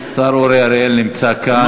השר אורי אריאל נמצא כאן,